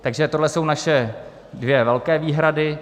Takže to jsou naše dvě velké výhrady.